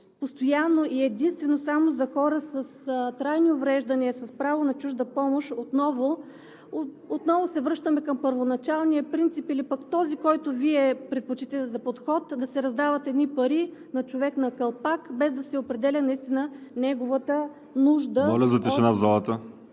постоянно и единствено само за хора с трайни увреждания с право на чужда помощ, отново се връщаме към първоначалния принцип или пък този, който Вие предпочитате за подход – да се раздават едни пари на човек, на калпак, без да се определя наистина неговата нужда от подкрепа и неговата